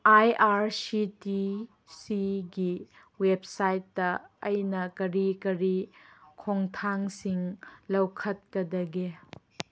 ꯑꯥꯏ R C T ꯁꯤꯒꯤ ꯋꯦꯞꯁꯥꯏꯠꯇ ꯑꯩꯅ ꯀꯔꯤ ꯀꯔꯤ ꯈꯣꯡꯊꯥꯡꯁꯤꯡ ꯂꯧꯈꯠꯀꯗꯒꯦ